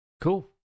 Cool